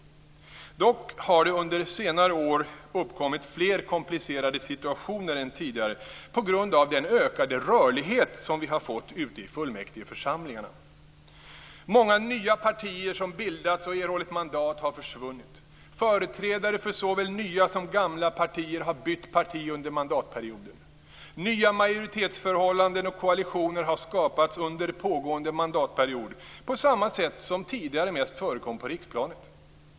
Dock har det under senare år uppkommit fler komplicerade situationer än tidigare på grund av den ökade rörlighet som vi har fått ute i fullmäktigeförsamlingarna. Många nya partier som bildats och erhållit mandat har försvunnit. Företrädare för såväl nya som gamla partier har bytt parti under mandatperioden. Nya majoritetsförhållanden och koalitioner har skapats under pågående mandatperiod på samma sätt som tidigare mest förekom på riksplanet.